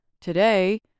Today